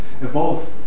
evolve